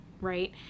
right